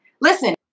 listen